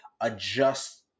adjust